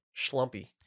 schlumpy